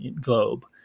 globe